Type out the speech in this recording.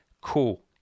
Cool